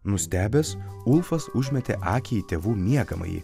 nustebęs ulfas užmetė akį į tėvų miegamąjį